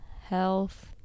health